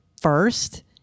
first